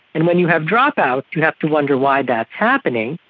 and when you have dropouts you have to wonder why that's happening.